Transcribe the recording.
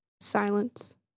Silence